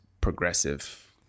progressive